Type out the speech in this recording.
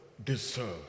deserve